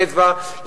ואצבע,